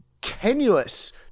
tenuous